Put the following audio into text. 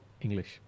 English